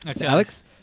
Alex